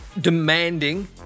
demanding